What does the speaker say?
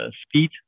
speed